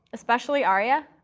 especially aria,